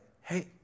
hey